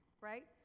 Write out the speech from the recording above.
right